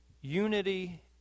Unity